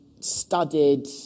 studded